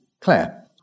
Claire